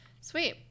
Sweet